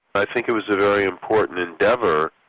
i think it was a very important endeavour,